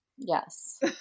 Yes